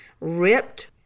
ripped